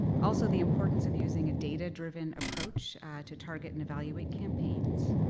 also the importance of using a data-driven approach to target and evaluate campaigns.